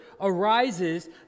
arises